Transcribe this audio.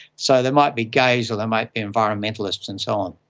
so they might be gays or they might be environmentalists and so on.